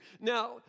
Now